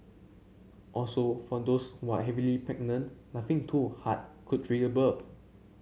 also for those who are heavily pregnant laughing too hard could trigger birth